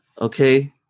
Okay